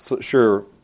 sure